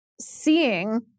seeing